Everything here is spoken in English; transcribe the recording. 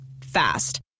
fast